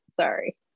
sorry